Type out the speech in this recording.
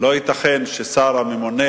לא ייתכן שהשר הממונה,